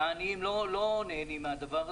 העניים לא נהנים מהדבר הזה.